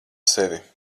sevi